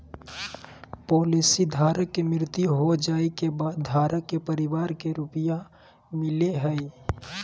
policy धारक के मृत्यु हो जाइ के बाद धारक के परिवार के रुपया मिलेय हइ